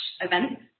events